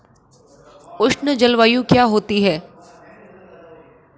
उष्ण जलवायु क्या होती है?